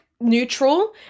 neutral